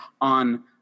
on